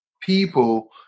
people